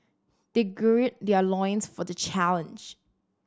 they gird their loins for the challenge